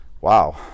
Wow